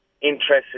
interested